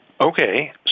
Okay